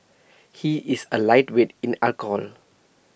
he is A lightweight in alcohol